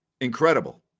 incredible